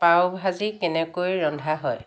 পাও ভাজি কেনেকৈ ৰন্ধা হয়